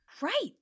Right